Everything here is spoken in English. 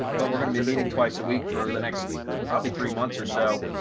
but we're going to be meeting twice a week for the next probably three months or so.